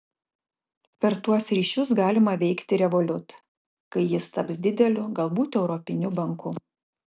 per tuos ryšius galima veikti revolut kai jis taps dideliu galbūt europiniu banku